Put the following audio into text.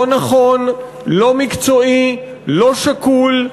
לא נכון, לא מקצועי, לא שקול,